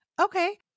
Okay